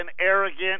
arrogant